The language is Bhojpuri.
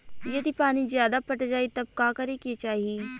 यदि पानी ज्यादा पट जायी तब का करे के चाही?